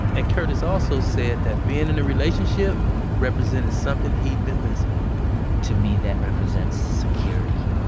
and curtis also said that being in a relationship represented something he'd been missing to me, that represents security.